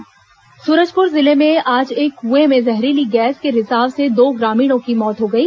सूरजप्र मौत सूरजपुर जिले में आज एक कुए में जहरीली गैस के रिसाव से दो ग्रामीणों की मौत हो गई